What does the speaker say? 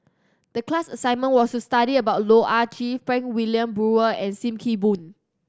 the class assignment was to study about Loh Ah Chee Frank Wilmin Brewer and Sim Kee Boon